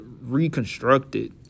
reconstructed